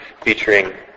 featuring